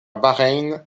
bahreïn